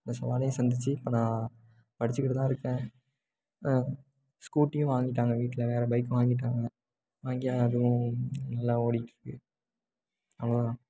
இந்த சவாலையும் சந்தித்து இப்போ நான் படிச்சிக்கிட்டு தான் இருக்கேன் ஸ்கூட்டியும் வாங்கிட்டாங்கள் வீட்டில வேற பைக் வாங்கிட்டாங்கள் வாங்கி அதுவும் நல்லா ஓடிக்கிட்டு இருக்குது அவ்வளோ தான்